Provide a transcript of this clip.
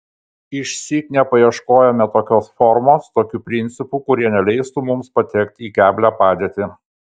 išsyk nepaieškojome tokios formos tokių principų kurie neleistų mums patekti į keblią padėtį